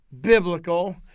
biblical